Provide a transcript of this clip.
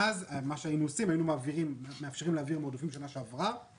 ואז היינו מאפשרים להעביר עודפים שנה שעברה